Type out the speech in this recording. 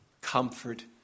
comfort